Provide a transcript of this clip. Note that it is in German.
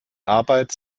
arbeit